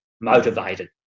motivated